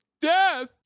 death